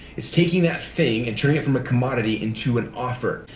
it's taking that thing and turning it from a commodity into an offer.